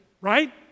right